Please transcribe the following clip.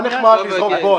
לזרוק בוץ.